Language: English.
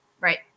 Right